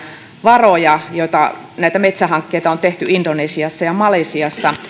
varoja näitä metsähankkeita on tehty indonesiassa ja malesiassa